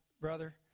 brother